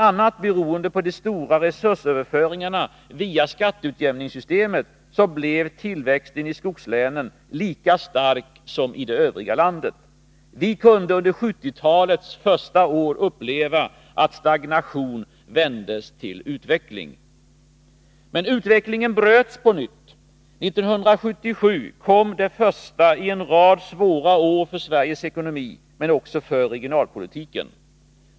a. beroende på de stora resursöverföringarna via skatteutjämningssystemet blev tillväxten i skogslänen lika stark som i det övriga landet. Vi kunde under 1970-talets första år uppleva att stagnation vändes till utveckling. Men utvecklingen bröts på nytt. 1977 kom det första i en rad svåra år för Sveriges ekonomi — men också för regionalpolitiken.